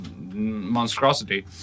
monstrosity